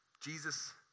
Jesus